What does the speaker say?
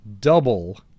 double